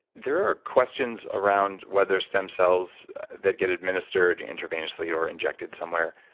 there are questions around whether stem cells that get administered intravenously or injected somewhere,